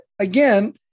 again